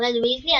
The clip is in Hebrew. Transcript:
פרד ויזלי,